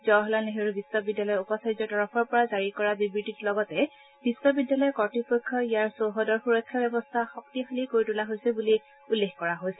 জৱাহৰলাল নেহৰু বিশ্ববিদ্যালয়ৰ উপাচাৰ্যৰ তৰফৰ পৰা জাৰি কৰা বিবৃতিত লগতে বিশ্ববিদ্যালয় কৰ্তৃপক্ষই ইয়াৰ চৌহদৰ সুৰক্ষা ব্যৱস্থা শক্তিশালী কৰি তোলা হৈছে বুলি উল্লেখ কৰা হৈছে